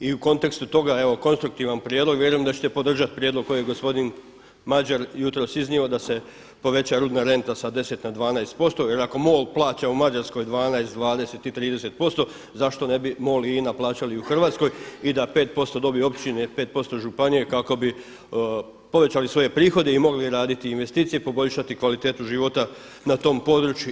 I u kontekstu toga, evo konstruktivan prijedlog, vjerujem da ćete podržati prijedlog kojeg je gospodin Madjer jutros iznio da se poveća rudna renta sa 10 na 12%, jer ako MOL plaća u Mađarskoj 12, 20 i 30% zašto ne bi MOL i INA plaćali u Hrvatskoj i da 5% dobiju općine, 5% županije kako bi povećali svoje prihode i mogli raditi investicije i poboljšati kvalitetu života na tom području.